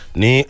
ni